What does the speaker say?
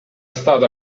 stato